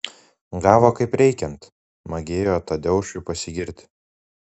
gavo kaip reikiant magėjo tadeušui pasigirti